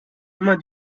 immer